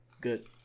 good